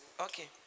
Okay